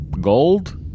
gold